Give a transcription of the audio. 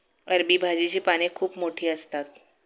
अरबी भाजीची पाने खूप मोठी असतात